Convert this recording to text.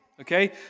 okay